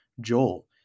Joel